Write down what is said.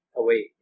away